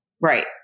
Right